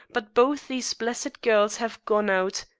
but both these blessed girls have gone out.